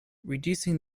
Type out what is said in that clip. reducing